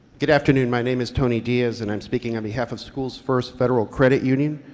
good afternoon. my name is tony diaz, and i am speaking on behalf of schoolsfirst federal credit union.